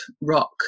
rock